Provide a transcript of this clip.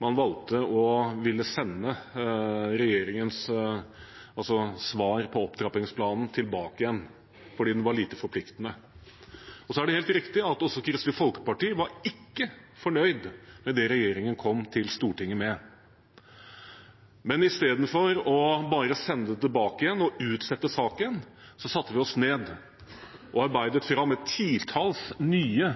man valgte å ville sende regjeringens svar på opptrappingsplanen tilbake igjen, fordi den var lite forpliktende. Det er helt riktig at heller ikke Kristelig Folkeparti var fornøyd med det regjeringen kom til Stortinget med. Men i stedet for bare å sende det tilbake og utsette saken satte vi oss ned og arbeidet fram et titall nye